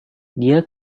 dia